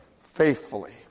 faithfully